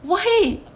why